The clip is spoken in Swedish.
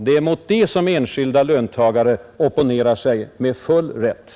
Det är mot en sådan utveckling som enskilda löntagare med full rätt opponerar sig.